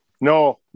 No